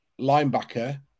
linebacker